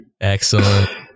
Excellent